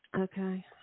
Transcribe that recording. Okay